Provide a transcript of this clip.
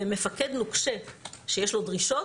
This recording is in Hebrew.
מפקד נוקשה שיש לו דרישות,